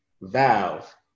Valve